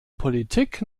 politik